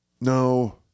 No